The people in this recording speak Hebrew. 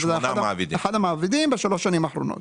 אחד המעבידים בשלוש השנים האחרונות,